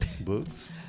books